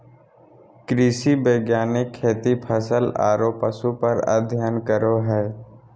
कृषि वैज्ञानिक खेती, फसल आरो पशु पर अध्ययन करो हइ